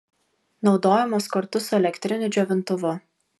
naudojamos kartu su elektriniu džiovintuvu